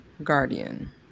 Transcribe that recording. Guardian